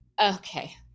okay